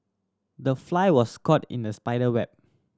the fly was caught in the spider web